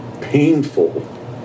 painful